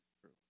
true